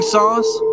Sauce